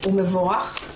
הוא מבורך.